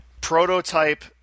prototype